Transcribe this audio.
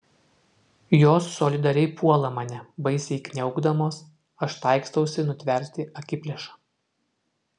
jos solidariai puola mane baisiai kniaukdamos aš taikstausi nutverti akiplėšą